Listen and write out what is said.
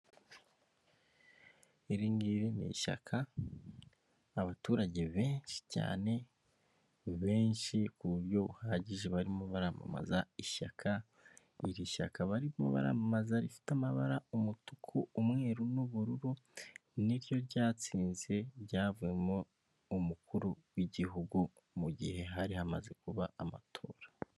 Imodoka yo mu bwoko bwa toyota ihagaze ahantu hamwe ndetse ikaba isa umweru iparitse ahongaho kugira ngo abantu bazikeneye bazikodeshe cyangwa se bazigurishe ndetse hakaba hari n'izindi nkazo byegeranye.